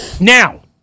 Now